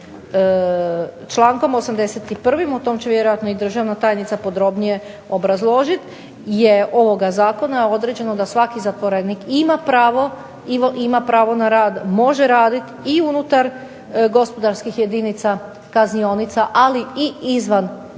o tom će vjerojatno i državna tajnica podrobnije obrazložiti, je ovoga zakona određeno da svaki zatvorenik ima pravo na rad, može raditi i unutar gospodarskih jedinica kaznionica, ali i izvan kaznionica.